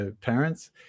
parents